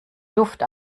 luft